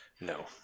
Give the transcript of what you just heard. No